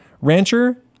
rancher